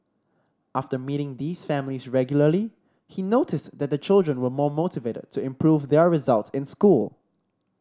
after meeting these families regularly he noticed that the children were more motivated to improve their results in school